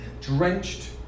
drenched